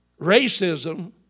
Racism